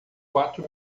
quatro